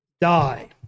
Die